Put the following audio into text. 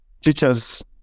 teachers